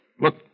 look